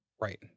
Right